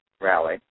rally